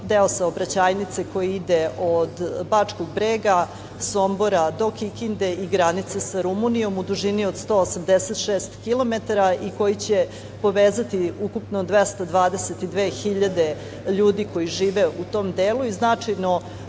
deo saobraćajnice koji ide od Bačkog brega, Sombora, do Kikinde i granice sa Rumunijom u dužini od 186 km i koji će povezati ukupno 222.000 ljudi koji žive u tom delu i značajno